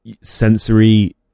sensory